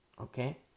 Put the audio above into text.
Okay